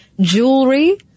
jewelry